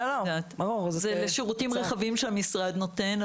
זה לשירותים רחבים שהמשרד נותן,